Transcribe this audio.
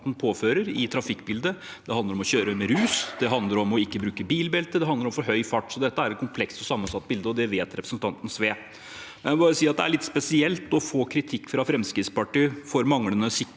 påfører i trafikkbildet, det handler om å kjøre med rus, det handler om å ikke bruke bilbelte, det handler om for høy fart. Så dette er et komplekst og sammensatt bilde, og det vet representanten Sve. Jeg må bare si at det er litt spesielt å få kritikk fra Fremskrittspartiet for manglende sikkerhet